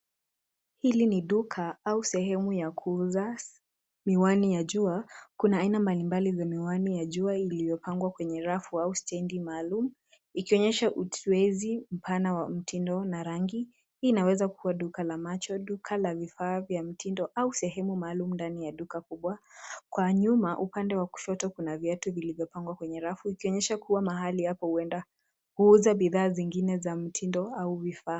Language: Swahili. Hili ni duka au sehemu ya kuuza miwani ya jua kuna aina mbalimbali za miwani ya jua iliyopangwa kwenye rafu au stendi maalum ikionyesha utwezi mpana wa mtindo na rangi. Hii inaweza kuwa duka la macho, duka la vifaa vya mtindo au sehemu maalum ndani ya duka kubwa. Kwa nyuma upande wa kushoto kuna viatu viliyopangwa kwenye rafu ikionyesha kuwa mahali hapahuenda huuza bidhaa zingine za mtindo au vifaa.